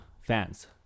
fans